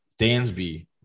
Dansby